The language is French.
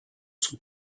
son